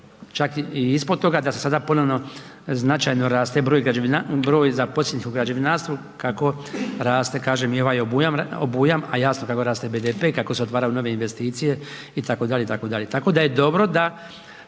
čak i ispod toga, da se sada ponovno značajno raste broj zaposlenih u građevinarstvu kako raste, kažem, i ovaj obujam, a jasno kako raste i BDP i kako se otvaraju nove investicije itd.,